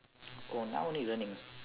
oh now you learning